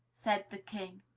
said the king.